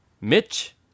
Mitch